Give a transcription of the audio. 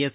S